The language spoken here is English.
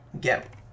get